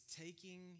taking